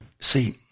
See